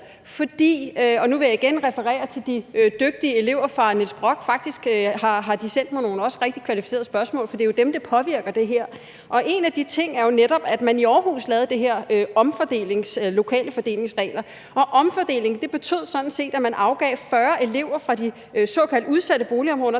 nu vil jeg igen referere til de er dygtige elever fra Niels Brock og til, at de faktisk har sendt mig nogle rigtig kvalificerede spørgsmål, for det er jo dem, som det her påvirker. Og en af de ting er jo, at man netop i Aarhus lavede de her lokale omfordelingsregler, og omfordeling betød sådan set, at man afgav 40 elever fra de såkaldt udsatte boligområder